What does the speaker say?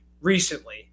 recently